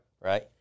right